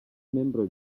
membroj